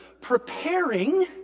preparing